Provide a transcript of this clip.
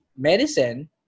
medicine